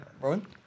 Rowan